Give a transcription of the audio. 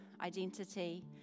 identity